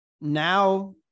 Now